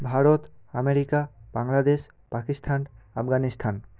Bharat America Bangladesh Pakistan Afghanistan